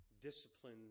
Discipline